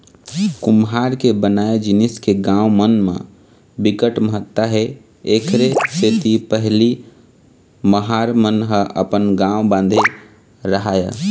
कुम्हार के बनाए जिनिस के गाँव मन म बिकट महत्ता हे एखरे सेती पहिली महार मन ह अपन गाँव बांधे राहय